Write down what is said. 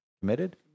committed